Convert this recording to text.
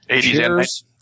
Cheers